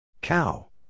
Cow